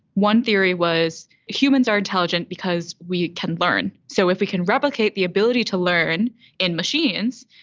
one theory was humans are intelligent because we can learn. so if we can replicate the ability to learn in machines,